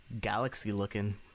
galaxy-looking